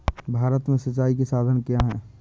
भारत में सिंचाई के साधन क्या है?